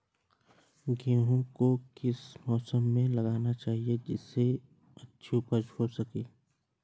गेहूँ को किस मौसम में लगाना चाहिए जिससे अच्छी उपज हो सके?